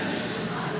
אז אפשר.